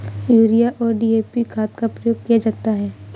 urea और DAP खाद का प्रयोग किया जाता है